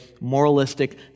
moralistic